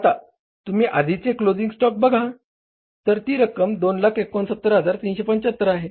आता तुम्ही आधीचे क्लोझिंग स्टॉक बघा तर ती रक्कम 269375 आहे